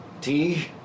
Tea